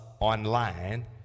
online